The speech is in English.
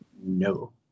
No